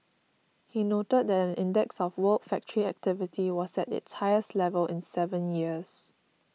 he noted that an index of world factory activity was at its highest level in seven years